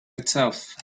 itself